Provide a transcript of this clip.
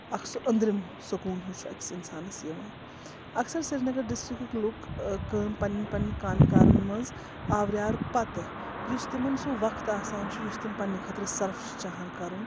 اَکھ سُہ أنٛدرِم سکوٗن ہیٛوٗ چھُ أکِس اِنسانَس یِوان اکثر سرینگر ڈِسٹرٛکٕکۍ لُکھ کٲم پنٕنٮ۪ن پنٕنٮ۪ن کامہِ کارَن منٛز آوریار پَتہٕ یُس تِمن سُہ وقتہٕ آسان چھُ یُس تِم پنٕنہِ خٲطرٕ سرف چھِ چاہان کَرُن